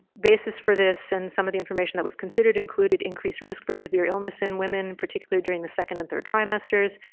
basis for this and some of the information that was considered included increased risk for severe illness in women, particularly during the second and third trimesters,